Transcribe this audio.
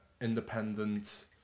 independent